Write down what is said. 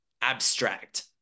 abstract